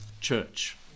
church